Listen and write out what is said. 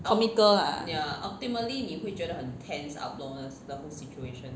comical lah